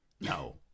No